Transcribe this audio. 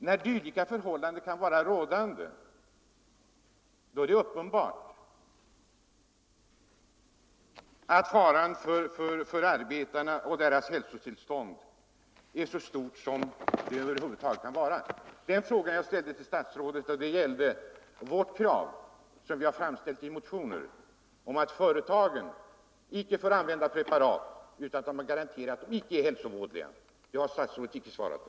När dylika förhållanden kan vara rådande är det uppenbart att faran för arbetarnas hälsa är så stor den över huvud taget kan vara. Den fråga jag ställde till statsrådet beträffande vårt krav, framfört i motioner, att företagen icke skall få använda preparat utan att garantera att de icke är hälsovådliga har statsrådet icke svarat på.